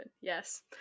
Yes